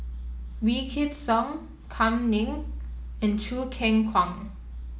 Wykidd Song Kam Ning and Choo Keng Kwang